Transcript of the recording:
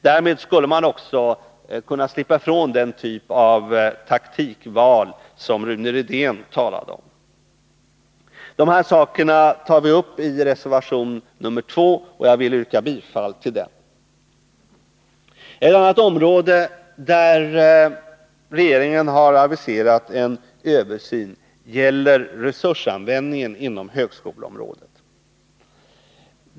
Därmed skulle vi också kunna slippa den typ av taktikval som Rune Rydén talade om. Dessa frågor tar vi upp i reservation 2, som jag yrkar bifall till. En annan översyn som regeringen har aviserat gäller resursanvändningen inom högskoleområdet.